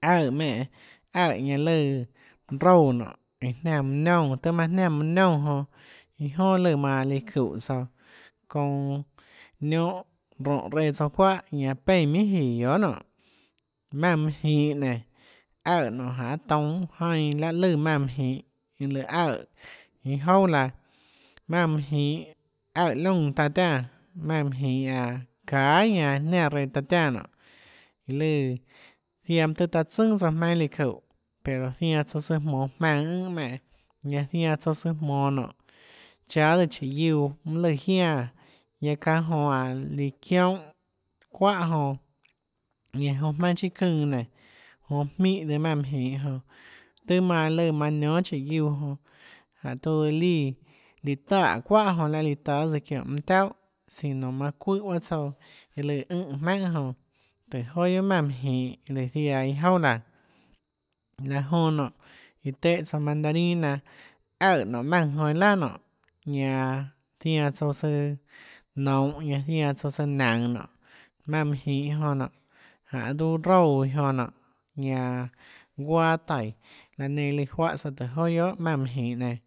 aøè menè aøè ñanã lùã roúã nonê ñanã jniánã mønã niónã nonê tøhê manã jniánã mønã niónã jonã iâ jonà lùã manã líã çúhå tsouã çounã niónhã rónhå reã souã çuáhà ñanã peínã minhà jíå guiohà nonê maùnã mønã jinhã nénå aøè nonê ñanã toúnâ jainã láã lùã maùnã mønã jinhå lùã aøè iâ jouà laã maùnã mønâ jinhå aøè liónã taã tiánã maùnã mønã jinhå ñanã çahà ñanã jiáã reã taã tiánã nonê lùã ziaã mønâ tøhê taã tsønà tsouã jmaønâ líã çúhå pero zianã tsouã søã jmonå jmaønã ùnhå ménå ñanã zainã tsouã søã jmonå nonê cháâ tsøã chíhå guiuã mønâ lùã iánã guiaâ çánhã jonã anå líã çiónhã çuáhà jonã ñanã jonã jmaønâ chiâ çaønã nénå jonã mínhã tsøã maùnã mønã jinhå jonã tøhê manã lùã niónâ síhå guiuã jonã jánhå tiuã liã líã taè çuáhà jonã lahê líã táâ çiónhå mønâ taúhà sino manã çuùhã bahâ tsouã iã lùã ùnhã jmaùnhàjonã tùhå joà guiohà maùnã mønã jinhå lùã ziaã iâ jouà laã laã jonã nonê iã téhã tsouã mandarina aøè nonê maùnã jonã iâ laà nonê ñanã zianã tsouã søã nounhå ñanã zianã tsouã søã naønå nonê maùnã mønã jinhå jonã nonê janê luâ roúã iã jonã nonê ñanã guaâ taíå laã nenã løã juáhã tsouã tùhå joà guiohà maùnã mønã jinhå nenã